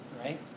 right